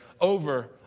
over